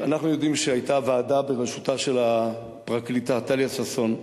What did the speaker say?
אנחנו יודעים שהיתה ועדה בראשותה של הפרקליטה טליה ששון,